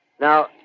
Now